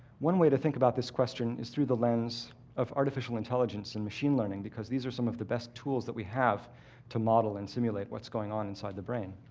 one way to think about this question is through the lens of artificial intelligence and machine learning, because these are some of the best tools that we have to model and simulate what's going on inside the brain.